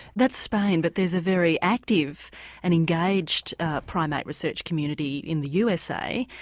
that's spain, but there's a very active and engaged primate research community in the usa.